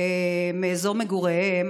מאזור מגוריהם,